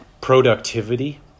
productivity